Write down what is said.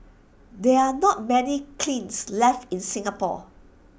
there are not many kilns left in Singapore